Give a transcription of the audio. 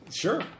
Sure